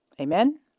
Amen